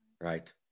Right